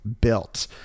built